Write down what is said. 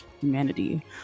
humanity